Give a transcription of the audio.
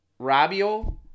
Rabio